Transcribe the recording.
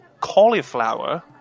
cauliflower